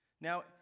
Now